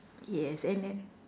yes and then